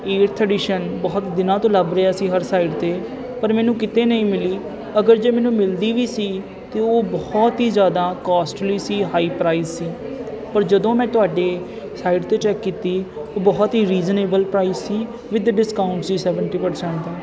eighth edition ਬਹੁਤ ਦਿਨਾਂ ਤੋਂ ਲੱਭ ਰਿਹਾ ਸੀ ਹਰ ਸਾਈਡ 'ਤੇ ਪਰ ਮੈਨੂੰ ਕਿਤੇ ਨਹੀਂ ਮਿਲੀ ਅਗਰ ਜੇ ਮੈਨੂੰ ਮਿਲਦੀ ਵੀ ਸੀ ਅਤੇ ਉਹ ਬਹੁਤ ਹੀ ਜ਼ਿਆਦਾ ਕੋਸਟਲੀ ਸੀ ਹਾਈ ਪ੍ਰਾਈਜ਼ ਸੀ ਪਰ ਜਦੋਂ ਮੈਂ ਤੁਹਾਡੀ ਸਾਈਡ 'ਤੇ ਚੈੱਕ ਕੀਤੀ ਬਹੁਤ ਹੀ ਰੀਜਨਏਬਲ ਪ੍ਰਾਈਜ਼ ਸੀ ਵਿਦ ਡਿਸਕਾਊਂਟ ਸੀ ਸੈਵਨਟੀ ਪ੍ਰਸੈਂਟ